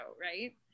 right